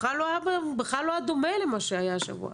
בכלל לא היה דומה למה שהיה השבוע.